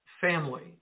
family